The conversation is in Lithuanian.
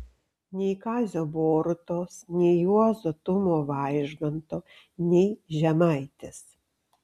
nei kazio borutos nei juozo tumo vaižganto nei žemaitės